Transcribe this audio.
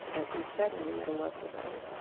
as we've said, in the middle of the road.